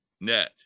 net